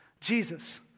Jesus